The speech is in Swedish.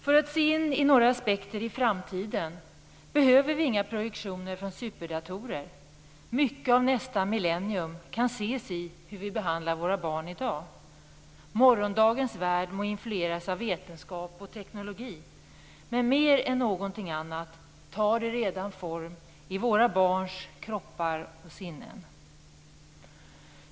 För att se in i några aspekter i framtiden behöver vi inga projektioner från superdatorer. Mycket av nästa millennium kan ses i hur vi behandlar våra barn i dag. Morgondagens värld må influeras av vetenskap och teknologi, men mer än någonting annat tar den redan form i våra barns kroppar och sinnen.